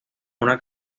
una